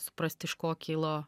suprasti iš ko kilo